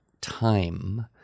time